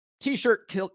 t-shirt